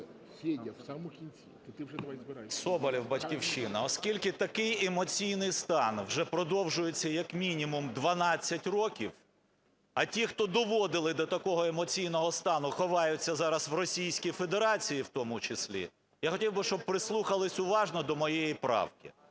Соболєв, "Батьківщина". Оскільки такий емоційний стан вже продовжується як мінімум, 12 років, а ті, хто доводили до такого емоційного стану, ховаються зараз в Російській Федерації, в тому числі я хотів би, щоб прислухалися уважно до моєї правки.